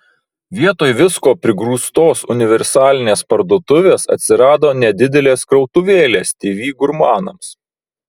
vietoj visko prigrūstos universalinės parduotuvės atsirado nedidelės krautuvėlės tv gurmanams